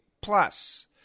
plus